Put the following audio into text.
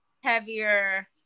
heavier